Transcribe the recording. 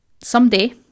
someday